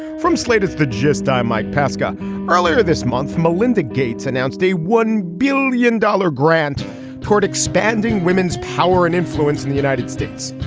from slate's the gist i'm mike pesca earlier this month melinda gates announced a one billion dollar grant toward expanding women's power and influence in the united states.